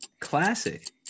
classic